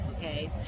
Okay